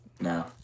No